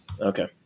Okay